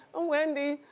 i'm wendy,